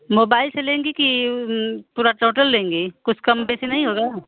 mobile से लेंगी कि पूरा टोटल लेंगी कुछ कम पैसे नहीं होगा